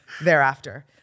thereafter